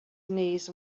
knees